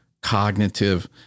cognitive